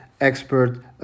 expert